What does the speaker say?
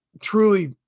truly